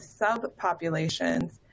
subpopulations